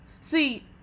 See